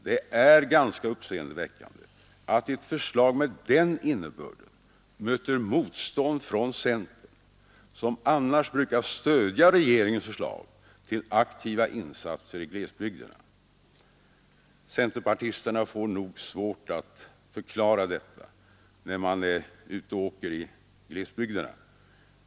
Det är ganska uppseendeväckande att ett förslag med den innebörden möter motstånd från centern, som annars brukar stödja regeringens förslag till aktiva insatser i glesbygderna. Centerpartisterna får nog svårt att förklara detta när man är ute och åker i glesbygderna.